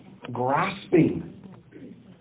grasping